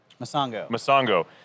Masango